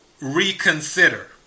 Reconsider